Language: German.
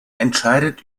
entscheidet